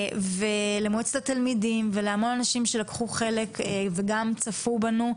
למועצת התלמידים ולהרבה אנשים שלקחו חלק וגם צפו בנו.